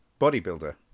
bodybuilder